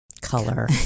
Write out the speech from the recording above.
color